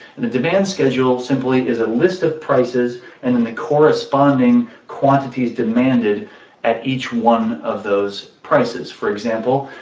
and a demand schedule simply is a list of prices and and the corresponding quantities demanded at each one of those prices. for example,